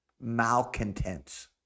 malcontents